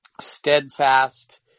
steadfast